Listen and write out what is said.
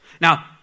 Now